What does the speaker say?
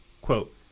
Quote